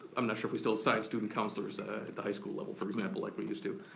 i'm not sure if we still assign student counselors at the high school level for example like we used to.